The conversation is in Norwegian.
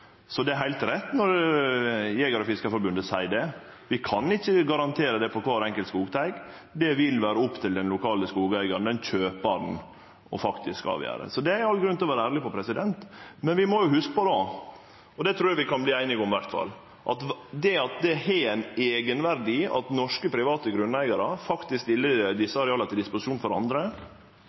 Det er heilt rett når Jeger- og Fiskerforbundet seier at vi kan ikkje garantere det for kvar enkelt skogteig. Det vil vere opp til den lokale skogeigaren. Kjøparen må faktisk avgjere det. Det er det all grunn til å vere ærleg om. Men vi må hugse – og det trur eg i alle fall vi kan vere einige om –at det har ein eigenverdi at norske private grunneigarar faktisk stiller desse areala til disposisjon for andre.